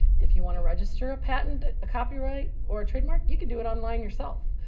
if you want to register a patent, a copyright, or a trademark, you can do it online yourself.